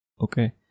okay